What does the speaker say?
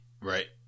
Right